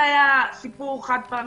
אם זה היה סיפור חד פעמי,